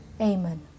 Amen